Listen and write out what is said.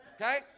okay